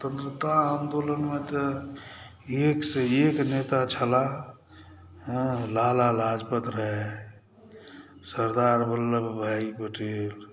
स्वतंत्रता आंदोलनमे तऽ एकसे एक नेता छलाह हँ लाल लाजपत रॉय सरदार बल्लभ भाई पटेल